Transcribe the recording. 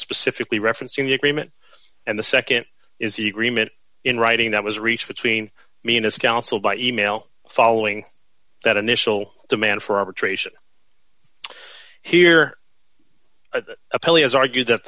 specifically referencing the agreement and the nd is the agreement in writing that was reached between me and his counsel by email following that initial demand for arbitration here a